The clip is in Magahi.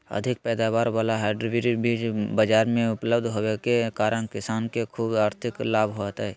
अधिक पैदावार वाला हाइब्रिड बीज बाजार मे उपलब्ध होबे के कारण किसान के ख़ूब आर्थिक लाभ होतय